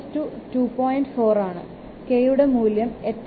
4 ആണ് k യുടെ മൂല്യം എത്രാണ്